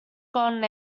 golden